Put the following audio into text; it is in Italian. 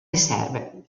riserve